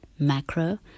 Macro